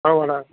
ହଉ ମ୍ୟାଡ଼ମ୍